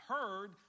heard